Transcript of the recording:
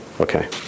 Okay